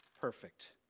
perfect